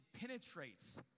penetrates